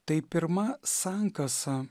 tai pirma sankasa